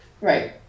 Right